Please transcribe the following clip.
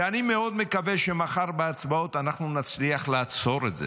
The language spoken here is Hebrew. ואני מאוד מקווה שמחר בהצבעות אנחנו נצליח לעצור את זה.